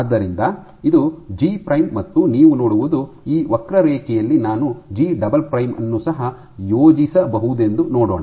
ಆದ್ದರಿಂದ ಇದು G prime ಮತ್ತು ನೀವು ನೋಡುವುದು ಈ ವಕ್ರರೇಖೆಯಲ್ಲಿ ನಾನು ಜಿ ಡಬಲ್ ಪ್ರೈಮ್ ಅನ್ನು ಸಹ ಪ್ಲಾಟ್ ಮಾಡಬಹುದೆಂದು ನೋಡೋಣ